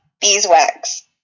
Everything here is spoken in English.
beeswax